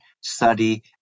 study